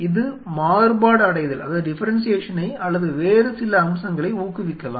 இது மாறுபாடடைதலை அல்லது வேறு சில அம்சங்களை ஊக்குவிக்கலாம்